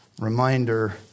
Reminder